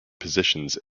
positions